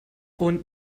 und